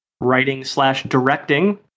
writing-slash-directing